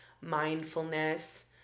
mindfulness